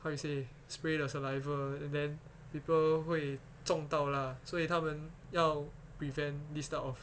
what you say spray the saliva and then people 会中到啦所以他们要 prevent this type of